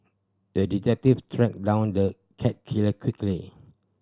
the detective tracked down the cat killer quickly